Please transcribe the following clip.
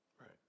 Right